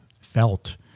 felt